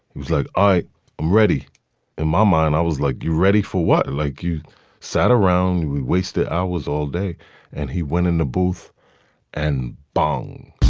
he was like i um already in my mind. i was like you ready for what. like you sat around we wasted i was all day and he went in the booth and bong